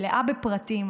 מלאה בפרטים,